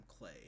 clay